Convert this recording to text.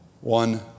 one